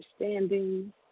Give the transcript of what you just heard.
understanding